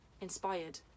inspired